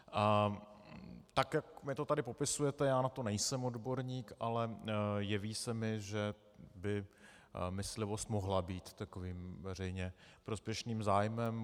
Tak jak mi to tady popisujete, já na to nejsem odborník, ale jeví se mi, že by myslivost mohla být takovým veřejně prospěšným zájmem.